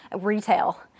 retail